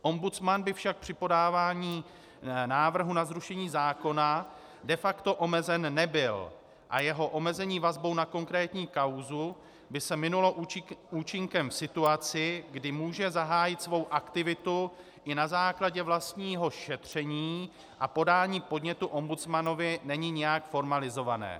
Ombudsman by však při podávání návrhu na zrušení zákona de facto omezen nebyl a jeho omezení vazbou na konkrétní kauzu by se minulo účinkem v situaci, kdy může zahájit svou aktivitu i na základě vlastního šetření, a podání podnětu ombudsmanovi není nijak formalizované.